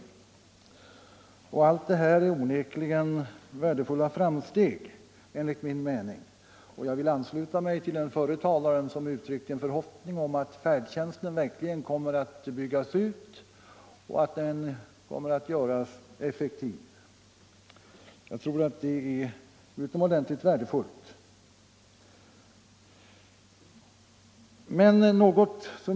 Allt detta är onekligen värdefulla framsteg. Jag vill ansluta mig till den förre talaren som uttalade förhoppningen att färdtjänsten verkligen kommer att byggas ut och göras effektiv. Jag tror att det skulle vara utomordentligt värdefullt.